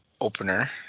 opener